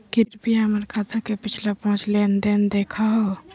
कृपया हमर खाता के पिछला पांच लेनदेन देखाहो